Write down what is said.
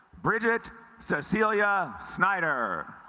bridget cecilia schneider